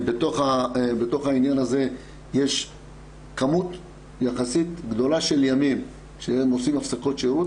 בתוך העניין הזה יש כמות יחסית גדולה של ימים שהם עושים הפסקות שירות,